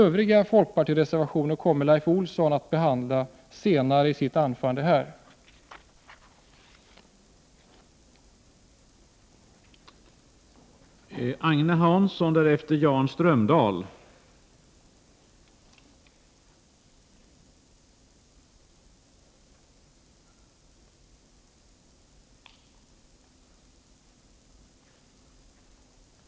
Övriga folkpartireservationer kommer Leif Olsson att behandla i sitt anförande här senare.